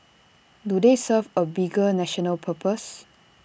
do they serve A bigger national purpose